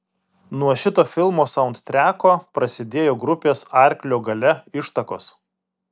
nuo šito filmo saundtreko prasidėjo grupės arklio galia ištakos